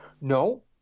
No